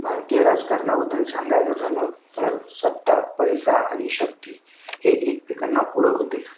भारतीय राजकारणाबद्दल सांगायचं झालं तर सत्ता पैसा आणि शक्ती हे एकमेकांना पूरक होते